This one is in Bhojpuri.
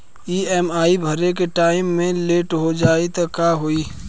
ई.एम.आई भरे के टाइम मे लेट हो जायी त का होई?